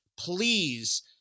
please